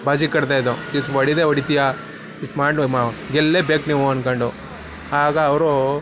ಬಾಜಿ ಕಟ್ತಾಯಿದ್ದೆವು ಸಿಕ್ಸ್ ಹೊಡೆದೇ ಹೊಡಿತೀಯಾ ಗೆಲ್ಲೇಬೇಕು ನೀವು ಅಂದ್ಕೊಂಡು ಆಗ ಅವರೂ